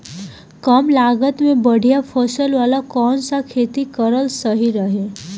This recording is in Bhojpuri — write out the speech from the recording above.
कमलागत मे बढ़िया फसल वाला कौन सा खेती करल सही रही?